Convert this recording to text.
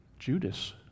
Judas